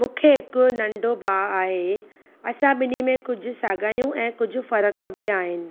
मूंखे हिकु नंढो भाउ आहे असां ॿिनि में कुझु साॻाइयूं ऐं कुझु फ़रक बि आहिनि